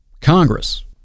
Congress